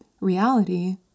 reality